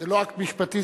זה לא אקט משפטי,